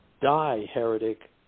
die-heretic